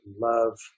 love